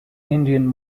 indian